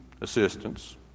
assistance